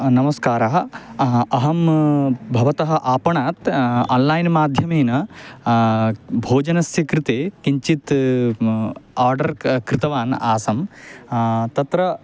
नमस्कारः अहं भवतः आपणात् आन्लैन् माध्यमेन भोजनस्य कृते किञ्चित् आर्डर् क कृतवान् आसं तत्र